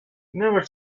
never